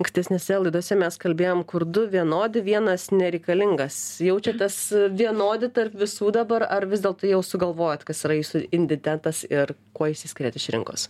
ankstesnėse laidose mes kalbėjom kur du vienodi vienas nereikalingas jaučiatės vienodi tarp visų dabar ar vis dėlto jau sugalvojot kas yra jūsų inditetas ir kuo išsiskiriat iš rinkos